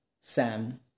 Sam